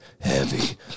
heavy